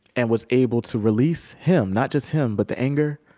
and was able to release him not just him, but the anger,